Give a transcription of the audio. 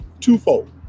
twofold